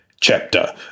chapter